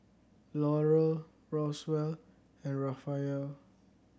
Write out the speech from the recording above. Laurel Roswell and Raphael